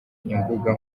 imbuga